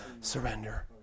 surrender